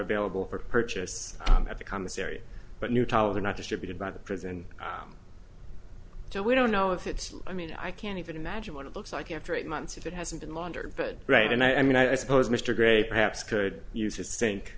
available for purchase at the commissary but new towers are not distributed by the prison so we don't know if it's i mean i can't even imagine what it looks like after eight months if it hasn't been laundered but right and i mean i suppose mr gray perhaps could use a sink